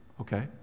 Okay